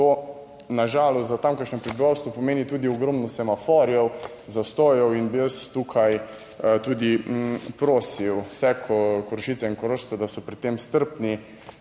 To na žalost za tamkajšnje prebivalstvo pomeni tudi ogromno semaforjev, zastojev in bi jaz tukaj tudi prosil vse Korošice in Korošce, da so pri tem strpni,